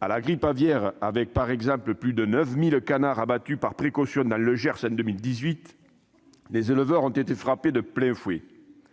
à la grippe aviaire, avec, par exemple, plus de 9 000 canards abattus par précaution dans le Gers en 2018, les éleveurs ont été frappés de plein fouet.